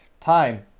Time